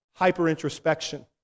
hyperintrospection